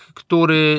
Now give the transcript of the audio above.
który